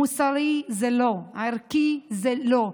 מוסרי, זה לא; ערכי, זה לא.